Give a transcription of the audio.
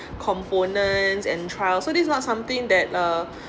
components and trials so this is not something that uh